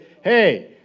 hey